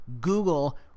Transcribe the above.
Google